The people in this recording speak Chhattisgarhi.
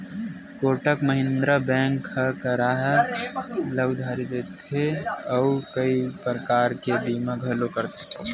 कोटक महिंद्रा बेंक ह गराहक ल उधारी देथे अउ कइ परकार के बीमा घलो करथे